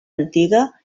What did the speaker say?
antiga